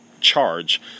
charge